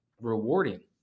rewarding